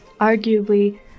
arguably